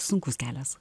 sunkus kelias